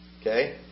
okay